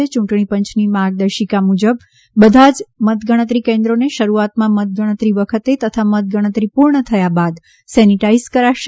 યૂંટણી પંચની માર્ગદર્શિકા મુજબ બધા જ મતગણતરી કેન્દ્રોને શરૂઆતમાં મતગણતરી વખતે તથા મતગણતરી પૂર્ણ થયા બાદ સેનીટાઈઝ કરાશે